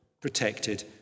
protected